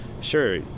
sure